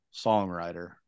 songwriter